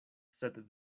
sed